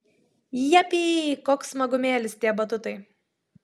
japy koks smagumėlis tie batutai